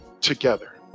together